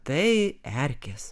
tai erkės